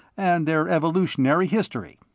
and their evolutionary history.